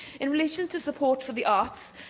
in relation to support for the arts,